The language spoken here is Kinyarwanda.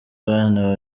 abana